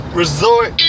resort